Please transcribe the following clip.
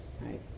right